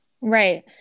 Right